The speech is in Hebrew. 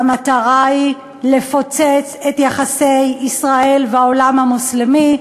והמטרה היא לפוצץ את יחסי ישראל והעולם המוסלמי,